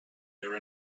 here